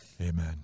Amen